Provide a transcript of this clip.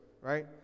right